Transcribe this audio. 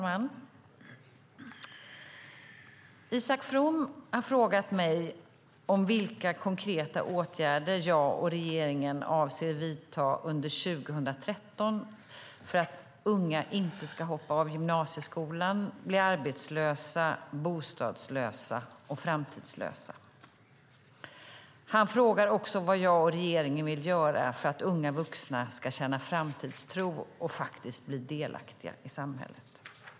Fru talman! Isak From har frågat mig vilka konkreta åtgärder jag och regeringen avser att vidta under 2013 för att unga inte ska hoppa av gymnasieskolan, bli arbetslösa, bostadslösa och framtidslösa. Han frågar också vad jag och regeringen vill göra för att unga vuxna ska känna framtidstro och faktiskt bli delaktiga i samhället.